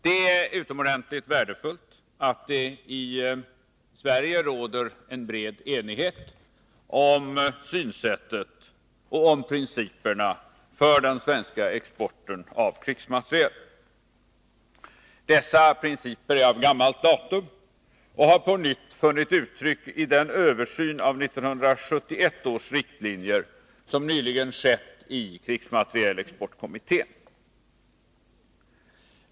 Det är utomordentligt värdefullt att det i Sverige råder en bred enighet härom och om principerna för den svenska exporten av krigsmateriel. Dessa principer är av gammalt datum och har på nytt funnit uttryck i den översyn av 1971 års riktlinjer som nyligen skett i krigsmaterielexportkommittén.